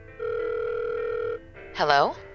Hello